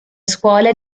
scuole